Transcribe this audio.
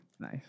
nice